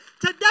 today